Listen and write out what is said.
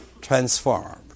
transformed